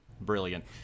Brilliant